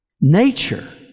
Nature